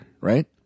right